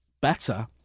better